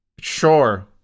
Sure